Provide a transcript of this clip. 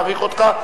מעריך אותך,